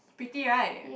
pretty right